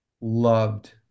loved